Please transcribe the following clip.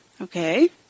Okay